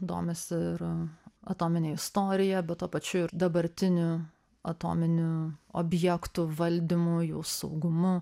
domisi ir atomine istorija bet tuo pačiu ir dabartinių atominių objektų valdymu jų saugumu